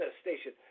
station –